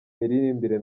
miririmbire